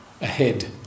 ahead